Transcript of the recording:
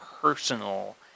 personal